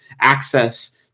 access